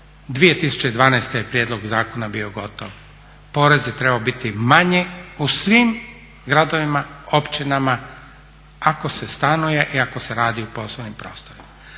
2012.je prijedlog zakona bio gotov, porez je trebao biti manji u svim gradovima, općinama ako se stanuje i ako se radi u poslovnim prostorima.